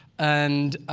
and